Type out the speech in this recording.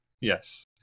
Yes